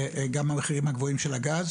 וגם המחירים הגבוהים של הגז